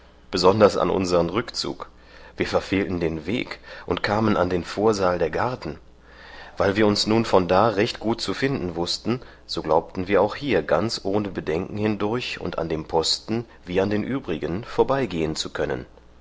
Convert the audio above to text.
besonders an unsern rückzug wir verfehlten den weg und kamen an den vorsaal der garden weil wir uns nun von da recht gut zu finden wußten so glaubten wir auch hier ganz ohne bedenken hindurch und an dem posten wie an den übrigen vorbei gehen zu können